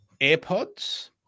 AirPods